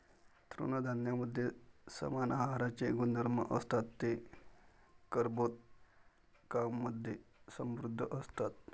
तृणधान्यांमध्ये समान आहाराचे गुणधर्म असतात, ते कर्बोदकांमधे समृद्ध असतात